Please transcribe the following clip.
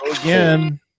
again